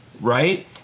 right